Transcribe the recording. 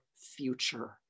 future